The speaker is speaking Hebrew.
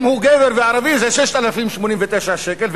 אם הוא גבר וערבי, זה 6,089 שקלים.